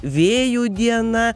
vėjų diena